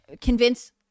convince